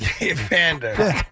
Evander